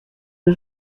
des